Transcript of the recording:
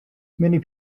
many